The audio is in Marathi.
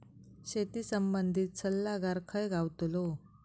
शेती संबंधित सल्लागार खय गावतलो?